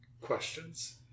questions